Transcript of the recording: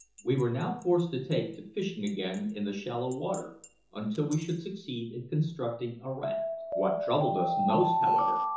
we were now forced to take to fishing again in the shallow water until we should succeed in constructing a raft. what troubled us most, however,